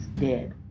dead